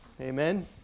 Amen